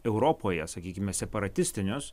europoje sakykime separatistinius